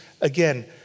again